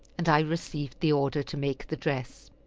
and i received the order to make the dress.